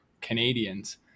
Canadians